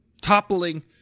Toppling